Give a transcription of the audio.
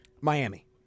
Miami